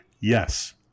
Yes